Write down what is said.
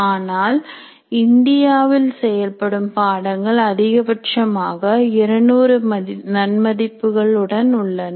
ஆனால் இந்தியாவில் செயல்படும் பாடங்கள் அதிகபட்சமாக 200 நன்மதிப்பு கள் உடன் உள்ளன